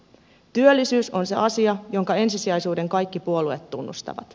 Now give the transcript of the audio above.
työllisyys on se asia jonka ensisijaisuuden kaikki puolueet tunnustavat